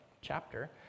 chapter